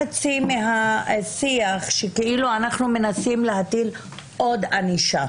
מהשיח שכאילו אנחנו מנסים להטיל עוד ענישה.